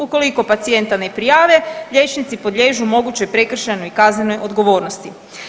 Ukoliko pacijenta ne prijave liječnici podliježu mogućoj prekršajnoj i kaznenoj odgovornosti.